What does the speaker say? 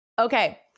Okay